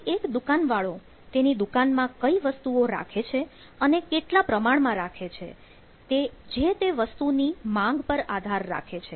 કોઈ એક દુકાનવાળો તેની દુકાનમાં કઈ વસ્તુઓ રાખે છે અને કેટલા પ્રમાણમાં રાખે છે તે જે તે વસ્તુની માંગ પર આધાર રાખે છે